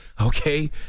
okay